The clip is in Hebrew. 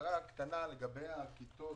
הערה לגבי הכיתות